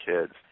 kids